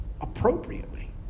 appropriately